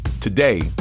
Today